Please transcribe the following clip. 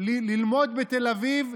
ללמוד בתל אביב,